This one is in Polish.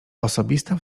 osobista